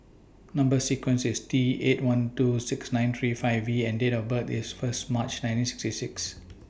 Number sequence IS T eight one two six nine three five V and Date of birth IS First March nineteen sixty six